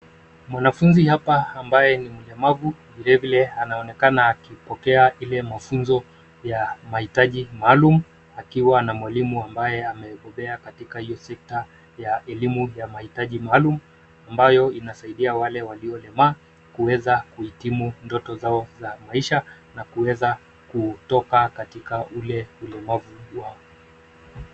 Mwanafunzi hapa ambaye ni mlemavu. Vilevile anaonekana akipokea ile mafunzo ya mahitaji maalum akiwa na mwalimu ambaye amebobea katika hio sekta ya elimu ya mahitaji maalum, ambayo inasaidia wale waliolemaa kuweza kuhitimu ndoto zao za maisha na kuweza kutoka katika ule ulemavu wao.